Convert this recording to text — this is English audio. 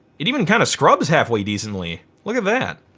it even kind of scrubs halfway decently. look at that.